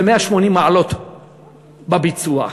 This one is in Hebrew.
ב-180 מעלות, בביצוע.